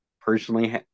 personally